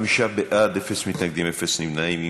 חמישה בעד, אין מתנגדים, אין נמנעים.